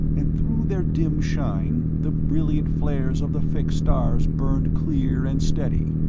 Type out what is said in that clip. and through their dim shine, the brilliant flares of the fixed stars burned clear and steady,